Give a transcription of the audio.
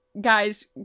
guys